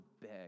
beg